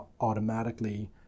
automatically